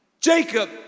Jacob